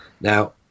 now